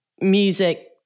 music